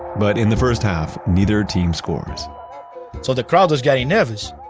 but in the first half, neither team scores so the crowd was getting nervous.